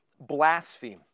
blaspheme